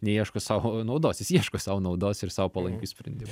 neieško sau naudos jis ieško sau naudos ir sau palankių sprendimų